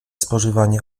spożywanie